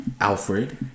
Alfred